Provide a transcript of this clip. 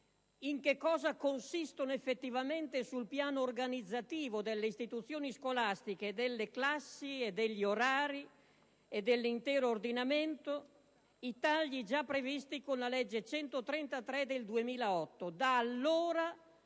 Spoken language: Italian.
in cosa consistono effettivamente, sul piano organizzativo delle istituzioni scolastiche, delle classi e degli orari e dell'intero ordinamento, i tagli già previsti con la legge n. 133 del 2008.